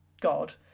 god